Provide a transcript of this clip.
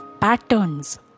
patterns